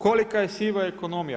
Kolika je siva ekonomija?